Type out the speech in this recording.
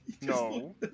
No